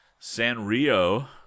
Sanrio